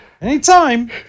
anytime